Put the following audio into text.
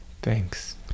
thanks